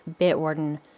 Bitwarden